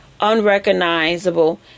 unrecognizable